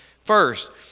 first